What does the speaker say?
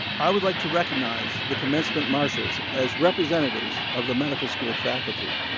i would like to recognize the commencement marshals as representatives of the medical school faculty.